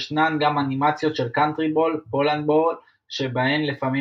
ישנן גם אנימציות של קאנטרי בול/פולנד בול שבהן לפעמים